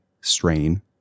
strain